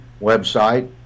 website